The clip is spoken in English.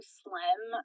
slim